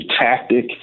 tactic